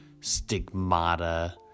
Stigmata